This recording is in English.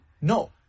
no